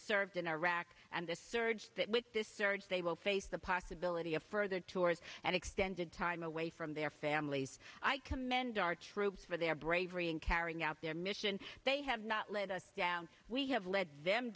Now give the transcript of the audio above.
served in iraq and this surge that with this surge they will face the possibility of further tours and extended time away from their families i commend our troops for their bravery in carrying out their mission they have not let us down we have let them